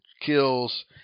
kills